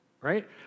Right